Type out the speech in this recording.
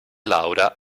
laura